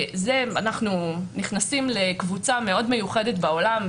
אנחנו נכנסים לקבוצה מאוד מיוחדת בעולם,